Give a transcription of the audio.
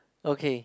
okay